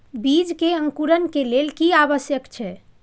बीज के अंकुरण के लेल की आवश्यक छै?